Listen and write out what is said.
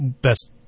best –